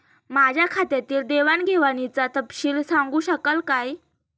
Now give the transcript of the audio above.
माझ्या खात्यातील देवाणघेवाणीचा तपशील सांगू शकाल काय?